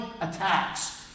attacks